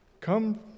Come